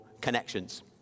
connections